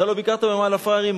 אתה לא ביקרת ב"מאהל הפראיירים"?